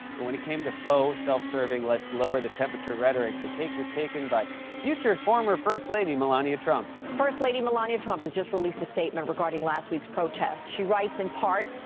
but when it came to faux, self-serving let's lower the temperature rhetoric, the cake was taken by future former first lady melania trump. first lady melania trump has just released a statement regarding last week's protests. she writes, in part,